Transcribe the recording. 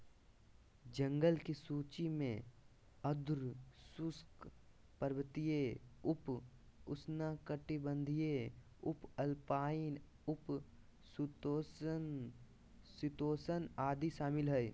जंगल की सूची में आर्द्र शुष्क, पर्वतीय, उप उष्णकटिबंधीय, उपअल्पाइन, उप शीतोष्ण, शीतोष्ण आदि शामिल हइ